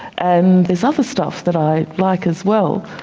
and there's other stuff that i like as well,